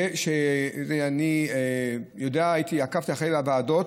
אני יודע, עקבתי אחרי זה בוועדות.